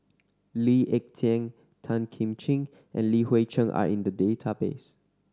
Lee Ek Tieng Tan Kim Ching and Li Hui Cheng are in the database